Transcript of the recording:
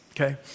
Okay